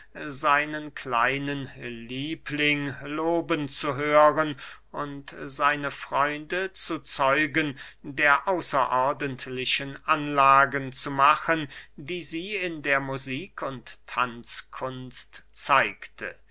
seinen kleinen liebling loben zu hören und seine freunde zu zeugen der außerordentlichen anlagen zu machen die sie in der musik und tanzkunst zeigte